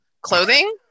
clothing